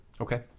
Okay